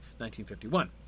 1951